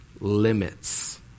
limits